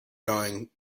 going